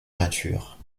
peinture